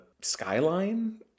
skyline